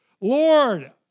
Lord